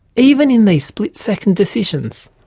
even in these split-second decisions.